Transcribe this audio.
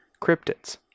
cryptids